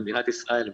במדינת ישראל,